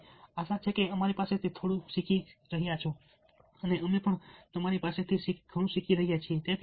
તેથી આશા છે કે તમે અમારી પાસેથી થોડું શીખી રહ્યા છો અમે પણ તમારી પાસેથી ઘણું શીખી રહ્યા છીએ